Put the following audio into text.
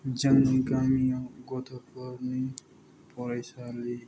जोंनि गामियाव गथ'फोरनि फरायसालि